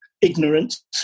ignorance